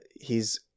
he's-